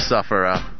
Sufferer